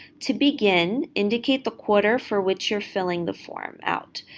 to begin, indicate the quarter for which you're filling the form out.